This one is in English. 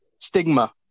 Stigma